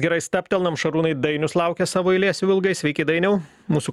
gerai stabtelnam šarūnai dainius laukia savo eilės jau ilgai sveiki dainiau mūsų